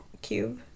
Cube